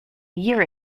year